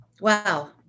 wow